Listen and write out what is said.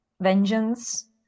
vengeance